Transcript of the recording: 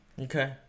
Okay